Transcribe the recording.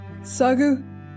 Sagu